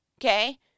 okay